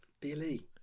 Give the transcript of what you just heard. Billy